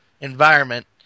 environment